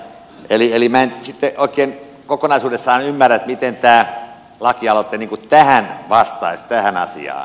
eli minä en oikein kokonaisuudessaan ymmärrä miten tämä lakialoite vastaisi tähän asiaan